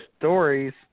stories